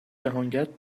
جهانگرد